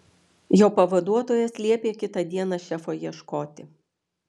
jo pavaduotojas liepė kitą dieną šefo ieškoti